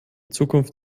zukunft